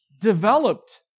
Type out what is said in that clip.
developed